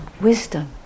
wisdom